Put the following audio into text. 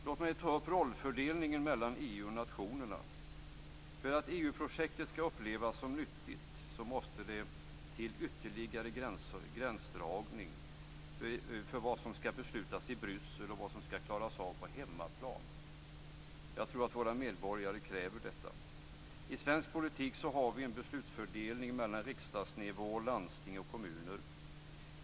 Låt mig ta upp rollfördelningen mellan EU och nationerna. För att EU-projektet skall upplevas som nyttigt måste det till ytterligare gränsdragning när det gäller vad som skall beslutas i Bryssel och vad som skall klaras av på hemmaplan. Jag tror att våra medborgare kräver detta. I svensk politik har vi en beslutsfördelning mellan riksdagsnivå, landsting och kommuner.